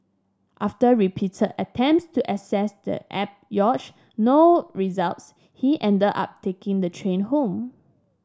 after repeated attempts to access the app yielded no results he ended up taking the train home